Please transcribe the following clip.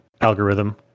algorithm